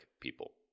people